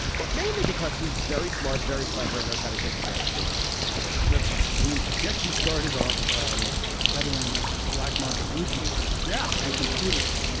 but mainly because he's very smart, very clever and knows how to take advantage of an opportunity that's right. i mean, he actually started off um peddling black market blue jeans. yeah. and computers.